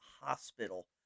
Hospital